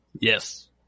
Yes